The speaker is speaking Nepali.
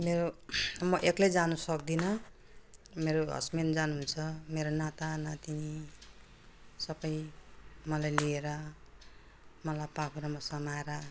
मेरो म एक्लै जानसक्दिनँ मेरो हस्बेन्ड जानुहुन्छ मेरो नातानातिनी सबै मलाई लिएर मलाई पाखुरामा समाएर